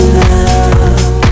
love